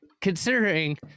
considering